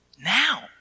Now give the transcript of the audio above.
Now